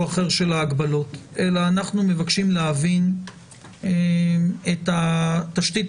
אחר של ההגבלות אלא אנחנו מבקשים להבין את התשתית